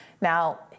Now